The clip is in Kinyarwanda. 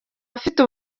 afite